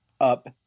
up